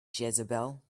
jezebel